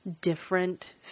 different